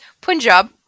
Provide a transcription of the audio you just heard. Punjab